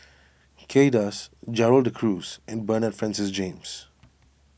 Kay Das Gerald De Cruz and Bernard Francis James